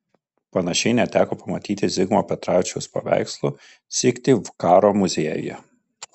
panašiai neteko pamatyti zigmo petravičiaus paveikslų syktyvkaro muziejuje